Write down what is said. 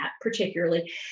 particularly